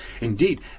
Indeed